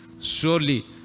surely